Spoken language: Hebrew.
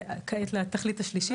וכעת לתכלית השלישית?